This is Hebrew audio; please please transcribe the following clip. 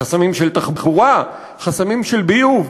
חסמים של תחבורה, חסמים של ביוב.